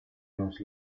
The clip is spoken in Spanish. los